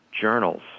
journals